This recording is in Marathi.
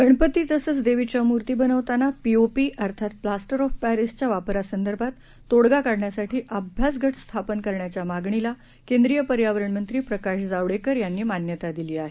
गणपती तसंच देवीच्या मूर्ती बनवताना पीओपी अर्थात प्लँस्टर ऑफ पर्टीसच्या वापरासंदर्भात तोडगा काढण्यासाठी अभ्यासगट स्थापन करण्याच्या मागणीला केंद्रीय पर्यावरण मंत्री प्रकाश जावडेकर यांनी मान्यता दिली आहे